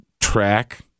track